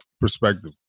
perspective